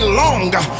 longer